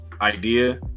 idea